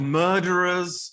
murderers